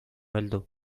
heldu